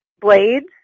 blades